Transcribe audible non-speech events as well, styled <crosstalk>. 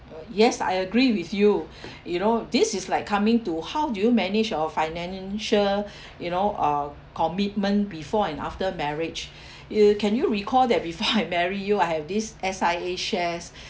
uh yes I agree with you <breath> you know this is like coming to how do you manage your financial <breath> you know uh commitment before and after marriage <breath> uh you can you recall that before <laughs> I marry you I have these S_I_A shares <breath>